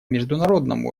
международном